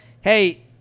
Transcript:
hey